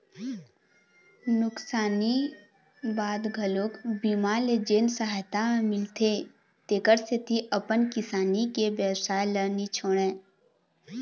नुकसानी बाद घलोक बीमा ले जेन सहायता मिलथे तेखर सेती अपन किसानी के बेवसाय ल नी छोड़य